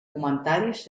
comentaris